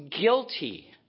guilty